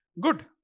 Good